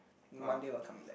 Monday we will coming back